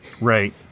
Right